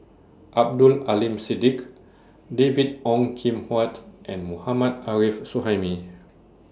Abdul Aleem Siddique David Ong Kim Huat and Mohammad Arif Suhaimi